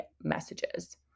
messages